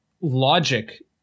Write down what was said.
logic